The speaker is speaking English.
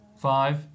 Five